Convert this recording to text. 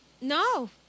no